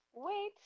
wait